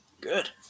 good